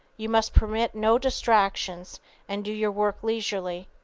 you must permit no distractions and do your work leisurely.